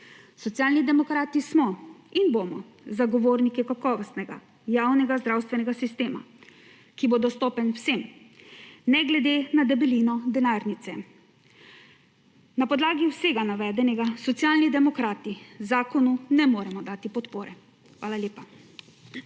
Socialni demokrati smo in bomo zagovorniki kakovostnega javnega zdravstvenega sistema, ki bo dostopen vsem, ne glede na debelino denarnice. Na podlagi vsega navedenega Socialni demokrati zakonu ne moremo dati podpore. Hvala lepa.